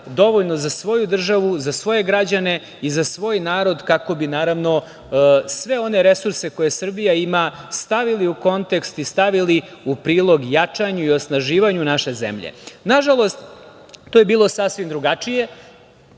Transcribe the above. dovoljno za svoju državu, za svoje građane i za svoj narod kako bi sve one resurse koje Srbija ima stavili u kontekst i stavili u prilog jačanju i osnaživanju naše zemlje. Nažalost, to je bilo sasvim drugačije.